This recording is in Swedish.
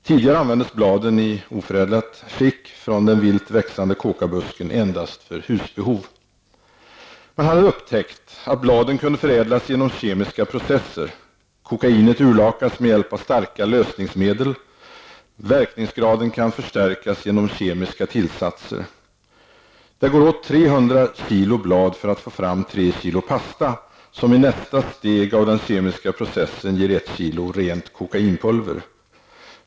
Tidigare användes bladen, i oförädlat skick, från den vilt växande kokabusken endast för husbehov. Man hade upptäckt att bladen kunde förädlas genom kemiska processer. Kokainet urlakas med hjälp av starka lösningsmedel. Verkningsgraden kan förstärkas genom kemiska tillsatser. Det går åt 300 kg blad för att få fram tre kilo pasta, som i nästa steg av den kemiska processen ger ett kilo rent kokainpulver.